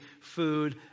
food